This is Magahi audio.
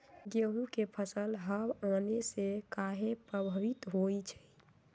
गेंहू के फसल हव आने से काहे पभवित होई छई?